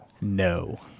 No